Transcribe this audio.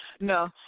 No